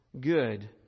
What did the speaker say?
good